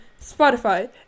Spotify